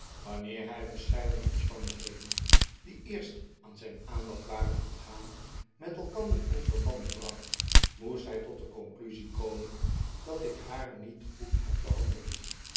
wanneer hij verscheiden omstandigheden die eerst aan zijn aandacht waren ontgaan met elkander in verband bracht moest hij tot de conclusie komen dat ik haar niet goed had behandeld